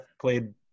played